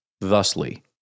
thusly